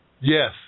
Yes